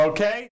Okay